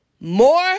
more